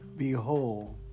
Behold